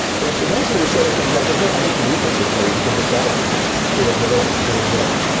but eventually a server comes back and says, hey, i need to mutate this for you because the status has changed. it was delivered. it was read.